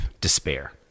despair